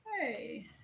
hey